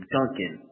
Duncan